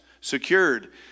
secured